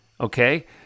Okay